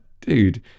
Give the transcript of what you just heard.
dude